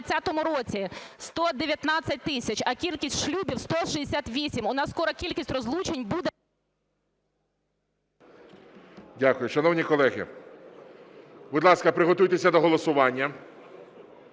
Дякую. Шановні колеги, будь ласка, приготуйтесь до голосування.